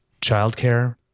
Childcare